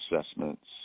assessments